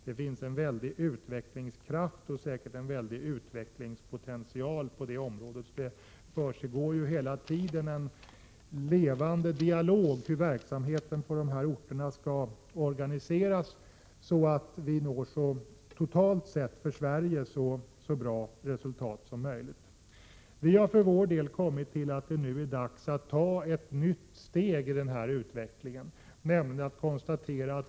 Det finns där en väldig utvecklingskraft, och säkert också en stor utvecklingspotential. Det försiggår hela tiden en levande dialog om hur verksamheten på dessa orter skall organiseras, så att vi når så bra resultat som möjligt totalt sett för Sverige. Vi har för vår del kommit fram till att det nu är dags att ta ett nytt steg i denna utveckling.